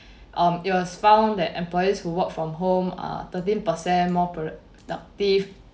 um it was found that employees who work from home are thirteen percent more productive